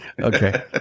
Okay